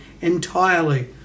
entirely